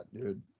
dude